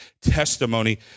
testimony